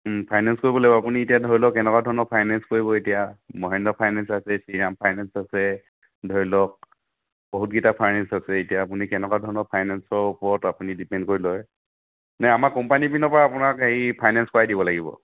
finance কৰিব লাগিব আপুনি এতিয়া ধৰি লওক কেনেকুৱা ধৰণৰ ফাইনেঞ্চ কৰিব এতিয়া মহেন্দ্ৰ ফাইনেঞ্চ আছে শ্ৰীৰাম ফাইনেঞ্চ আছে ধৰি লওক বহুত কিটা ফাইনেঞ্চ আছে এতিয়া আপুনি কেনেকুৱা ধৰণৰ ফাইনেঞ্চৰ ওপৰত আপুনি ডিপেণ্ড কৰি লয় নে আমাৰ কোম্পানী পিনৰপৰা আপোনাক হেৰি ফাইনেঞ্চ কৰাই দিব লাগিব